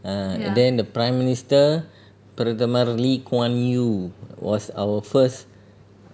ah and then the prime minister பிரதமர்:pirathamar lee kuan yew was our first